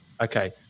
Okay